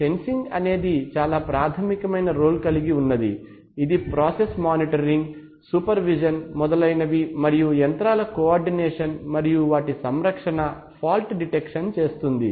sensing అనేది చాలా ప్రాథమికమైన రోల్ కలిగి ఉన్నది ఇది ప్రాసెస్ మానిటోరింగ్ సూపర్ విజన్ మొదలైనవి మరియు యంత్రాల కో ఆర్డినేషన్ మరియు వాటి సంరక్షణ ఫాల్ట్ డిటెక్షన్ చేస్తుంది